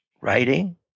writing